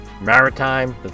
maritime